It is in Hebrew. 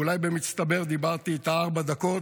אולי במצטבר דיברתי איתה ארבע דקות.